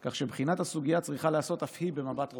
כך שבחינת הסוגיה צריכה להיעשות אף היא במבט רוחבי.